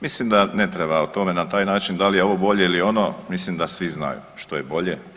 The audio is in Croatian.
Mislim da ne treba o tome na taj način, da li je ovo bolje ili ono, mislim da svi znaju što je bolje.